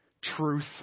truth